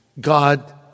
God